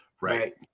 right